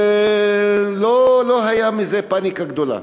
ולא היה מזה פניקה גדולה.